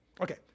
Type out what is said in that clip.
Okay